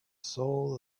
soul